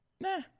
nah